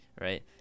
Right